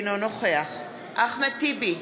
אינו נוכח אחמד טיבי,